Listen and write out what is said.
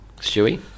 Stewie